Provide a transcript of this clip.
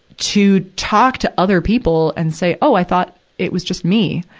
to talk to other people and say, oh, i thought it was just me.